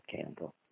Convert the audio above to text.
candle